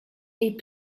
des